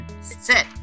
sit